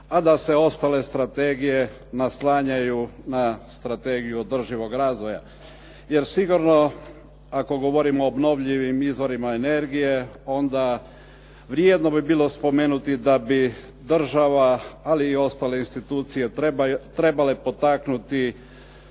a da se ostale strategije oslanjaju na strategiju održivog razvoja. Jer sigurno, ako govorimo o obnovljivim izvorima energije, onda vrijedno bi bilo spomenuti da bi država, ali i ostale institucije trebale potaknuti